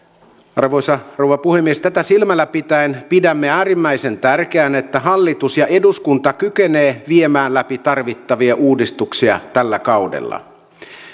arvoisa rouva puhemies tätä silmällä pitäen pidämme äärimmäisen tärkeänä että hallitus ja eduskunta kykenevät viemään läpi tarvittavia uudistuksia tällä kaudella